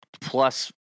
plus